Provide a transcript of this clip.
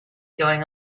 going